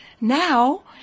now